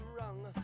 wrong